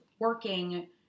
Working